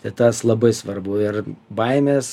tai tas labai svarbu ir baimės